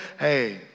hey